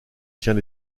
tient